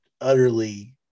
utterly